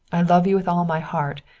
i love you with all my heart.